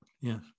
Yes